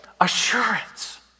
assurance